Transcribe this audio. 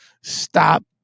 stop